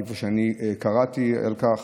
כפי שאני קראתי על כך.